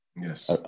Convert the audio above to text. Yes